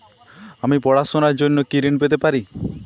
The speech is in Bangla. আমি পড়াশুনার জন্য কি ঋন পেতে পারি?